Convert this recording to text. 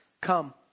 Come